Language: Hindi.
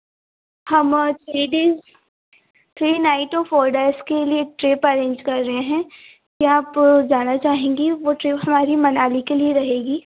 हम थ्री डे थ्री नाइट और फोर डेज़ के लिए ट्रिप अरेंज कर रहे हैं क्या आप जाना चाहेंगे वह ट्रिप हमारी मनाली के लिए रहेगी